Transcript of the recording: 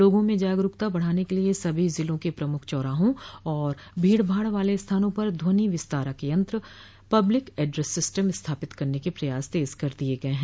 लोगों में जागरूकता बढ़ाने के लिये सभी जिलों के प्रमुख चौराहों और भीड़भाड़ वाले स्थानों पर ध्वनि विस्तारक यंत्र पब्लिक एड्रेस सिस्टम स्थापित करने के प्रयास तेज कर दिये गये है